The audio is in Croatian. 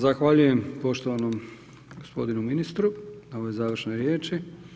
Zahvaljujem poštovanom gospodinu ministru na ovoj završnoj riječi.